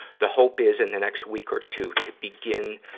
the hope is in the next week or two, to begin,